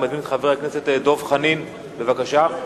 אני מזמין את חבר הכנסת דב חנין, בבקשה.